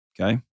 Okay